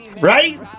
Right